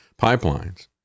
pipelines